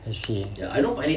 I see